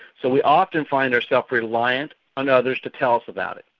so we often find ourselves reliant on others to tell us about it.